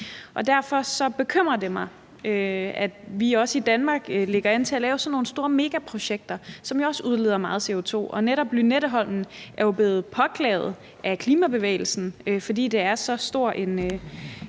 op. Derfor bekymrer det mig, at vi i Danmark lægger an til at lave sådan nogle store megaprojekter, som jo også udleder meget CO2. Netop Lynetteholmen er jo blevet påklaget af Klimabevægelsen i Danmark, fordi det er så stor en